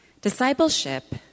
Discipleship